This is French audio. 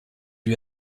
lui